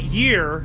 year